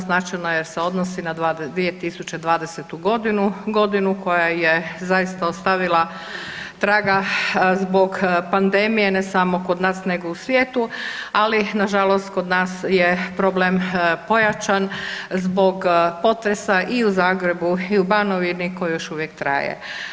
Značajno jer se odnosni na 2020. godinu, godinu koje je zaista ostavila traga zbog pandemije ne samo kod nas nego i u svijetu, ali nažalost kod nas je problem pojačan zbog potresa i u Zagrebu i u Banovini koji još uvijek traje.